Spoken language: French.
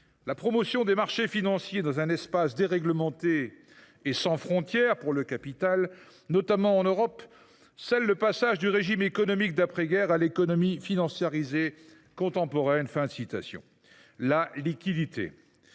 La promotion des marchés financiers dans un espace déréglementé et sans frontières – pour le capital –, notamment en Europe, scelle le passage du régime économique d’après guerre à l’économie financiarisée contemporaine. » La liquidité